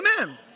Amen